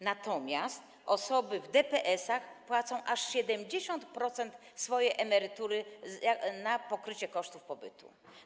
Natomiast osoby przebywające w DPS-ach płacą aż 70% swojej emerytury na pokrycie kosztów pobytu.